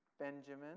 Benjamin